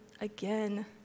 again